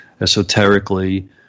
esoterically